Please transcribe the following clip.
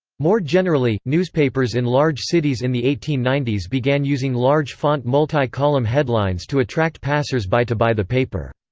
more generally, newspapers in large cities in the eighteen ninety s began using large-font multi-column headlines to attract passers-by to buy the paper.